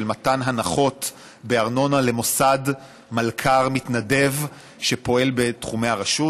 מתן הנחות בארנונה למוסד מלכ"ר מתנדב שפועל בתחומי הרשות.